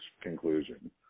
conclusion